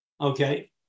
Okay